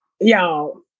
y'all